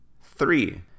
three